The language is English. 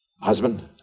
husband